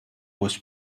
was